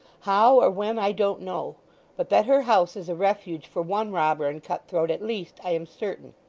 how, or when, i don't know but that her house is a refuge for one robber and cut-throat at least, i am certain.